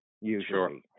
usually